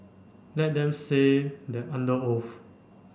let them say that under oath